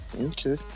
Okay